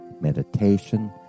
meditation